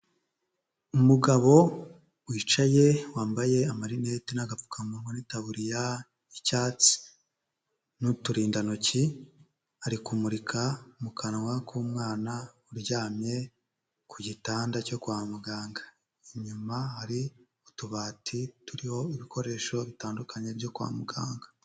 Umugabo wicaye, wambaye amarineti n'agapfukamunwa n'itaburiya y'icyatsi n'uturindantoki, ari kumurika mu kanwa k'umwana uryamye ku gitanda cyo kwa muganga. Inyuma hari utubati turiho ibikoresho bitandukanye byo kwa muganga.